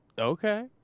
Okay